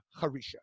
harisha